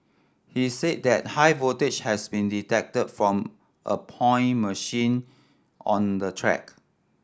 he said that high voltages has been detected from a point machine on the track